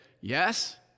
Yes